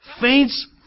faints